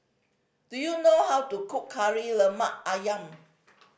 do you know how to cook Kari Lemak Ayam